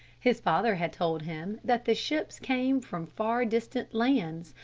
his father had told him that the ships came from far distant lands,